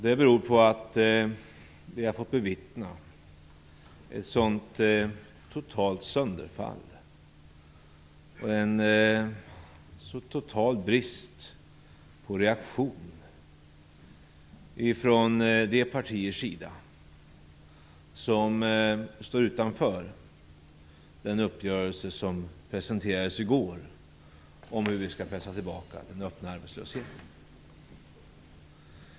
Det beror på att vi har fått bevittna ett sådant totalt sönderfall och en så total brist på reaktion från de partiers sida som står utanför den uppgörelse som presenterades i går om hur vi skall pressa tillbaka den öppna arbetslösheten.